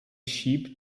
sheep